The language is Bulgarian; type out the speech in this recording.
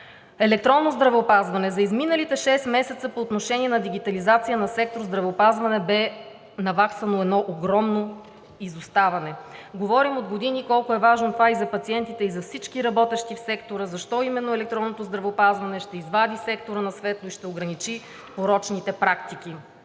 Електронно здравеопазване. За изминалите шест месеца по отношение на дигитализацията на сектор „Здравеопазване“ бе наваксано едно огромно изоставане. Говорим от години колко е важно това и за пациентите, и за всички работещи в сектора, защо именно електронното здравеопазване ще извади сектора на светло и ще ограничи порочните практики.